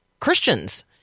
Christians